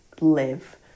live